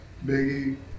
Biggie